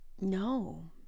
no